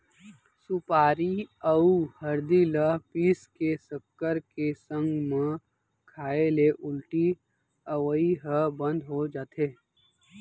सुपारी अउ हरदी ल पीस के सक्कर के संग म खाए ले उल्टी अवई ह बंद हो जाथे